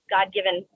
God-given